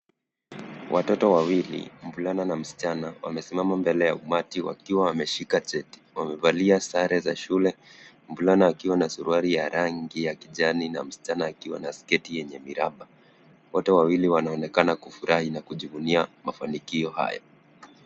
Watoto wawili, mvulana na msichana wamesimama mbele ya umati wakiwa wameshika cheti. Wamevalia sare za shule. Mvulana akiwa na suruali ya rangi ya kijani na msichana akiwa na sketi yenye miraba. Wote wawili wanaonekana kufurahi na kujivunia mafanikio haya.